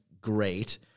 great